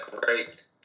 great